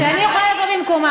כן, ואני יכולה לבוא במקומה.